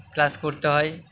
class করতে হয়